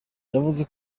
yavuze